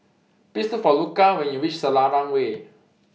Please Look For Luca when YOU REACH Selarang Way